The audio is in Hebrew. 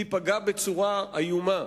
תיפגע בצורה איומה.